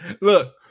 Look